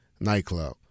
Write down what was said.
nightclub